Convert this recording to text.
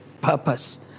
purpose